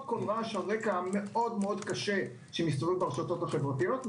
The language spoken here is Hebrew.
כל רעש הרקע המאוד קשה שברשתות החברתיות.